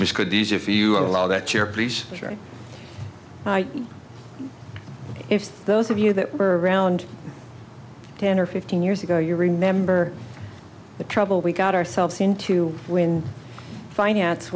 which could these if you allow that you're please if those of you that were around ten or fifteen years ago you remember the trouble we got ourselves into when finance